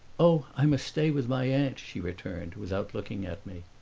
oh, i must stay with my aunt, she returned, without looking at me.